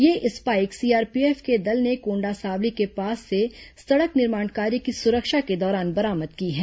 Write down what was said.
ये spike CRPF के दल ने कोंडासावली के पास से सड़क निर्माण कार्य की सुरक्षा के दौरान बरामद की है